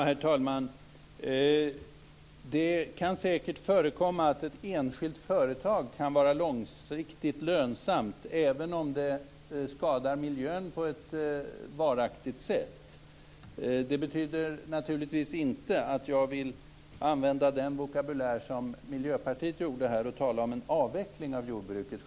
Herr talman! Det kan säkerligen förekomma att ett enskilt företag kan vara långsiktigt lönsamt, även om det skadar miljön på ett varaktigt sätt. Det betyder naturligtvis inte att jag vill ta till den vokabulär som man från Miljöpartiets sida här använde och tala om en avveckling av jordbruket.